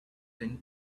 then